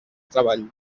treball